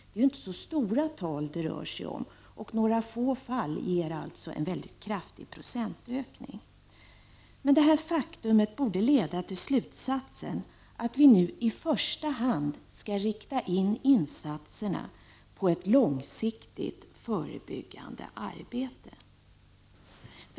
Det är inte så stora tal det rör sig om, och några få fall ger således en mycket kraftig procentökning. Detta faktum borde leda till slutsatsen att vi nu i första hand skall rikta in insatserna på långsiktigt förebyggande arbete.